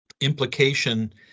implication